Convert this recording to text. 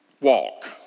walk